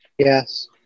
Yes